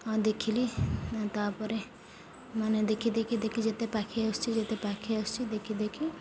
ହଁ ଦେଖିଲି ତାପରେ ମାନେ ଦେଖି ଦେଖି ଦେଖି ଯେତେ ପାଖେଇ ଆସୁଛି ଯେତେ ପାଖେଇ ଆସୁଛି ଦେଖି ଦେଖି